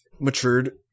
matured